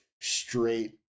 straight